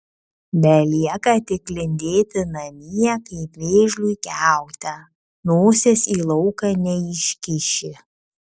belieka tik lindėti namie kaip vėžliui kiaute nosies į lauką neiškiši